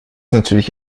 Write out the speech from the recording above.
natürlich